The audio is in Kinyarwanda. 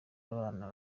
abana